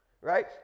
right